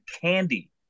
candy